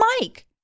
Mike